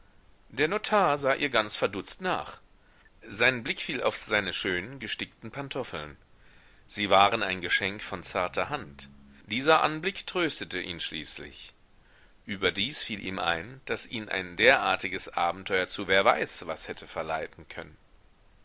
der notar sah ihr ganz verdutzt nach sein blick fiel auf seine schönen gestickten pantoffeln sie waren ein geschenk von zarter hand dieser anblick tröstete ihn schließlich überdies fiel ihm ein daß ihn ein derartiges abenteuer zu wer weiß was hätte verleiten können